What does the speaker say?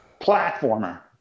platformer